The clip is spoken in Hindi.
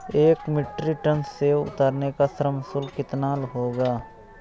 एक मीट्रिक टन सेव उतारने का श्रम शुल्क कितना होगा?